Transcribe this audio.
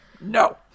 no